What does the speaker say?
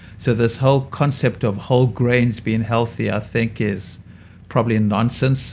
so this whole concept of whole grains being healthy i think is probably nonsense